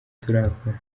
turakora